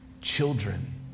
children